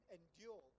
endure